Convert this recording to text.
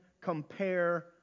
compare